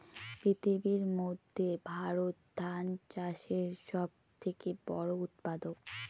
পৃথিবীর মধ্যে ভারত ধান চাষের সব থেকে বড়ো উৎপাদক